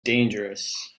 dangerous